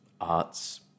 arts